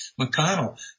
McConnell